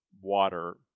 water